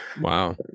Wow